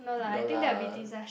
no lah